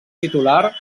titular